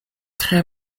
tre